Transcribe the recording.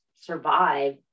survive